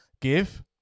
Give